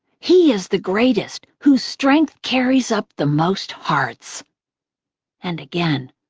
he is the greatest whose strength carries up the most hearts and again,